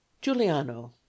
giuliano